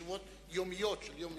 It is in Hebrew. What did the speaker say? בישיבות יומיות, יום-יום.